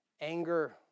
anger